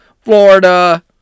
Florida